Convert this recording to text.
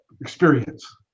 experience